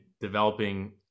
developing